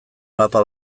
mapa